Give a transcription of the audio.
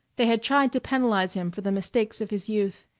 they had tried to penalize him for the mistakes of his youth.